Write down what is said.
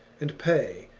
and pay,